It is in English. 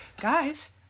guys